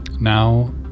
Now